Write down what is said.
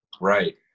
Right